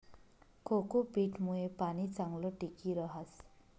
cocopeat मुये पाणी चांगलं टिकी रहास